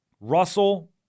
Russell